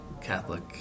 Catholic